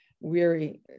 weary